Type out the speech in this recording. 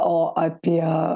o apie